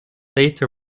data